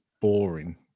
boring